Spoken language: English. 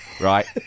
Right